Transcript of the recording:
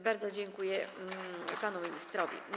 Bardzo dziękuję panu ministrowi.